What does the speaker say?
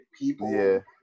People